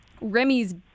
Remy's